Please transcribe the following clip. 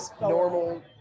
normal